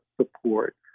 support